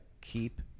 keep